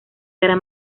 gran